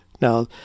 Now